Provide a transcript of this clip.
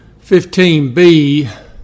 15B